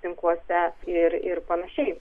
tinkluose ir ir panašiai